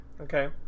okay